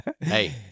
Hey